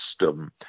system